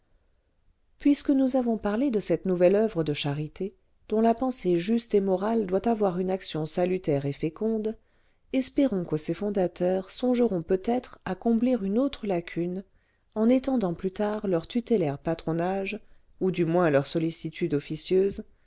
puisque nous avons parlé de cette nouvelle oeuvre de charité dont la pensée juste et morale doit avoir une action salutaire et féconde espérons que ses fondateurs songeront peut-être à combler une autre lacune en étendant plus tard leur tutélaire patronage ou du moins leur sollicitude officieuse